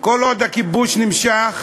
כל עוד הכיבוש נמשך